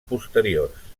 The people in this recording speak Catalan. posteriors